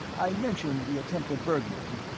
i mentioned the attempted burglary,